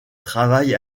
travaille